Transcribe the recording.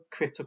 cryptocurrency